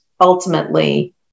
ultimately